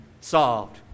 solved